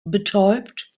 betäubt